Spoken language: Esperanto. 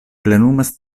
plenumas